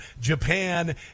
Japan